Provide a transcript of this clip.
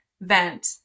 Vent